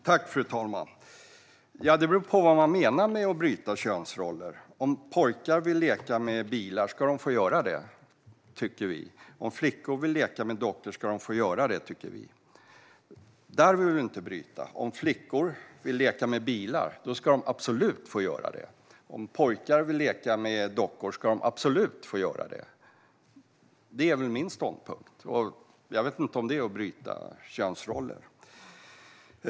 Fru talman! Det beror på vad man menar med att bryta könsroller. Om pojkar vill leka med bilar ska de få göra det, tycker vi. Om flickor vill leka med dockor ska de få göra det, tycker vi. Där vill vi inte bryta könsroller. Om flickor vill leka med bilar ska de absolut få göra det. Om pojkar vill leka med dockor ska de absolut få göra det. Det är min ståndpunkt. Jag vet inte om det är att bryta könsroller.